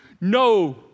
No